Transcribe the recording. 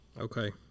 Okay